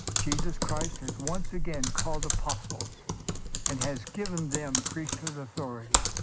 jesus christ has once again called apostles and has given them priesthood authority.